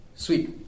Sweet